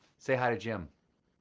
say hi to jim.